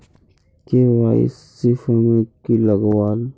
KYC format की लगावल?